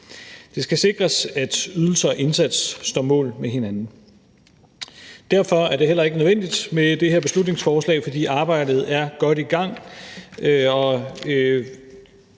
Det skal sikres, at ydelser og indsats står mål med hinanden. Derfor er det heller ikke nødvendigt med det her beslutningsforslag, fordi arbejdet er godt i gang,